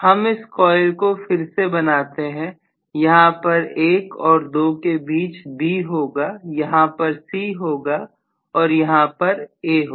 हम इस कॉइल को फिर से बनाते हैं यहां पर 1 और 2 के बीच B होगा यहां पर C होगा और यहां पर A हो